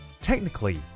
Technically